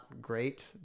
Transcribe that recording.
great